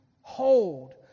hold